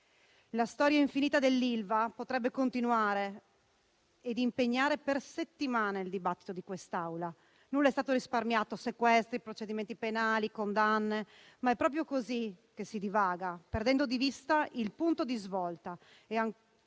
La storia infinita dell'Ilva potrebbe continuare ed impegnare per settimane il dibattito di quest'Assemblea. Nulla è stato risparmiato; sequestri, procedimenti penali e condanne, ma è proprio così che si divaga, perdendo di vista il punto di svolta e, ancora